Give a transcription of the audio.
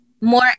more